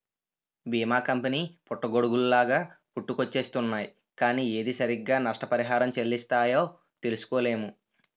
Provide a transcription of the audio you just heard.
బీమా కంపెనీ పుట్టగొడుగుల్లాగా పుట్టుకొచ్చేస్తున్నాయ్ కానీ ఏది సరిగ్గా నష్టపరిహారం చెల్లిస్తాయో తెలుసుకోలేము